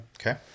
Okay